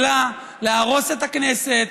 יכולה להרוס את הכנסת,